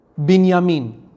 binyamin